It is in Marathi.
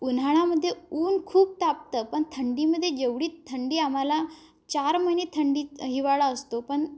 उन्हाळामध्ये ऊन खूप तापतं पण थंडीमध्ये जेवढी थंडी आम्हाला चार महिने थंडी हिवाळा असतो पण